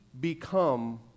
become